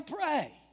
pray